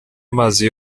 amazi